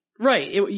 Right